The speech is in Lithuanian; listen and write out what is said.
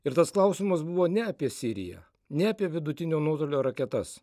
ir tas klausimas buvo ne apie siriją ne apie vidutinio nuotolio raketas